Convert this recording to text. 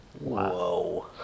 Whoa